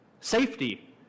safety